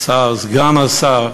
השר, סגן השר